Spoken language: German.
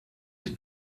die